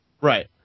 Right